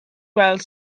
weld